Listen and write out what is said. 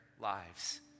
lives